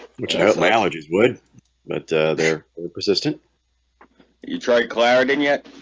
which i like allergies would but they're persistent you tried claire again yet